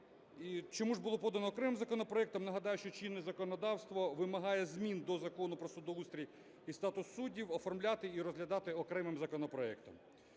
чому ж було подано окремим законопроектом. Нагадаю, що чинне законодавство вимагає змін до Закону "Про судоустрій і статус суддів" оформляти і розглядати окремим законопроектом.